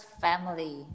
family